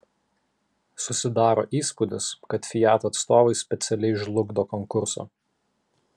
susidaro įspūdis kad fiat atstovai specialiai žlugdo konkursą